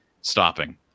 stopping